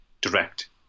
direct